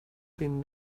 been